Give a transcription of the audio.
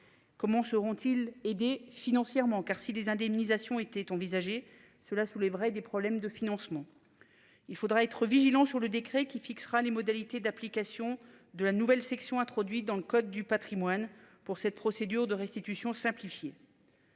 Comment seront-ils aider financièrement car si les indemnisations était envisagé cela soulèverait des problèmes de financement. Il faudra être vigilant sur le décret qui fixera les modalités d'application de la nouvelle section introduit dans le code du patrimoine pour cette procédure de restitution simplifié.